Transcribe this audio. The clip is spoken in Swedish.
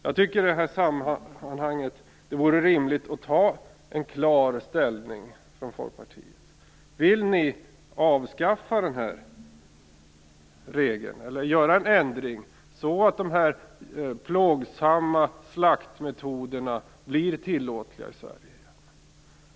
I detta sammanhang vore det väl rimligt att klart ta ställning. Vill ni i Folkpartiet avskaffa den här regeln och göra en ändring som innebär att plågsamma slaktmetoder blir tillåtna i Sverige?